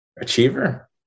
Achiever